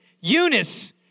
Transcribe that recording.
Eunice